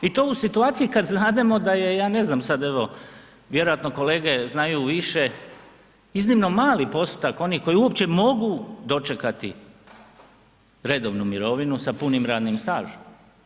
I to u situaciji kad znademo ja ne znam, sad evo vjerojatno kolege znaju više, iznimno mali postotak onih koji uopće mogu dočekati redovnu mirovinu sa punim radnim stažom.